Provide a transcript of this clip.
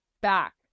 back